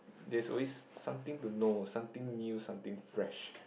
there's always something to know something new something fresh